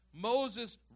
Moses